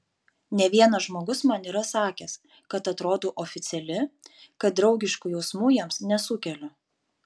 ne vienas žmogus man yra sakęs kad atrodau oficiali kad draugiškų jausmų jiems nesukeliu